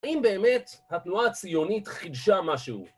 האם באמת התנועה הציונית חידשה משהו?